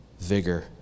vigor